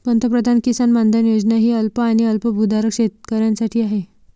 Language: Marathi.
पंतप्रधान किसान मानधन योजना ही अल्प आणि अल्पभूधारक शेतकऱ्यांसाठी आहे